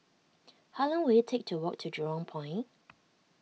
how long will it take to walk to Jurong Point